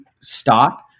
stop